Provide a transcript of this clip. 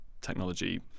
technology